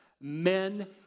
men